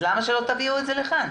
למה שלא תביאו את זה לכאן?